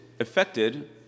affected